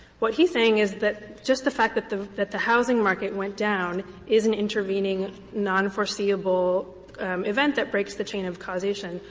what he's saying is that just the fact that the that the housing market went down is an intervening nonforeseeable event that breaks the chain of causation.